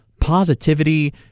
positivity